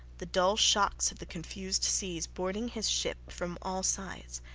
the dull shocks of the confused seas boarding his ship from all sides.